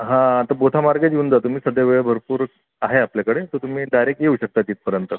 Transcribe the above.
हा आता बोथामार्गेच येऊन जा तुम्ही सध्या वेळ भरपूर आहे आपल्याकडे तर तुम्ही डायरेक्ट येऊ शकता तिथपर्यंत